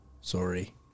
Sorry